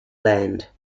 land